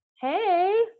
Hey